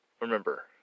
remember